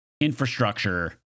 infrastructure